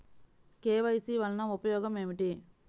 KYC వలన ఉపయోగం ఏమిటీ?